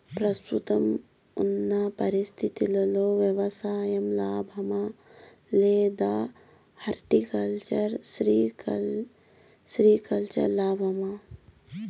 ప్రస్తుతం ఉన్న పరిస్థితుల్లో వ్యవసాయం లాభమా? లేదా హార్టికల్చర్, సెరికల్చర్ లాభమా?